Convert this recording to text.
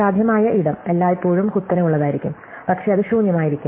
സാധ്യമായ ഇടം എല്ലായ്പ്പോഴും കുത്തനെയുള്ളതായിരിക്കും പക്ഷേ അത് ശൂന്യമായിരിക്കാം